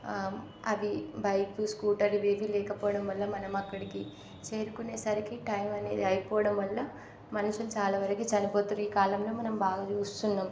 అవి bike scooter ఇవి ఏవి లేకపోవడం వల్ల మనం అక్కడికి చేరుకునేసరికి టైం అనేది అయిపోవడం వల్ల మనిషి చాలా వరకు చనిపోతుర్రు ఈ కాలంలో మనం బాగా చూస్తున్నాం